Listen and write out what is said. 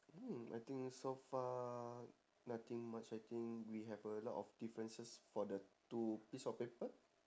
mm I think so far nothing much I think we have a lot of differences for the two piece of paper